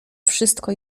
wszystko